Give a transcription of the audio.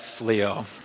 Leo